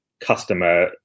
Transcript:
customer